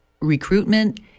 recruitment